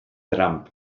trump